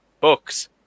books